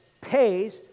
pays